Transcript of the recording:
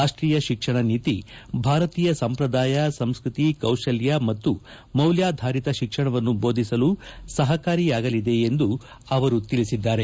ರಾಷ್ಲೀಯ ಶಿಕ್ಷಣನೀತಿ ಭಾರತೀಯ ಸಂಪ್ರದಾಯ ಸಂಸ್ಕತಿ ಕೌಶಲ್ಲ ಮತ್ತು ಮೌಲ್ಲಾಧರಿತ ಶಿಕ್ಷಣವನ್ನು ಬೋಧಿಸಲು ಸಹಕಾರಿಯಾಗಲಿದೆ ಎಂದು ಅವರು ತಿಳಿಸಿದ್ದಾರೆ